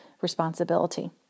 responsibility